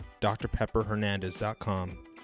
drpepperhernandez.com